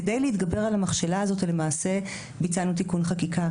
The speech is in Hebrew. כדי להתגבר על המכשלה הזאת למעשה ביצענו תיקון חקיקה.